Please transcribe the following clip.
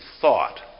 thought